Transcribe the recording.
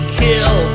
kill